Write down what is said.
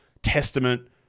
Testament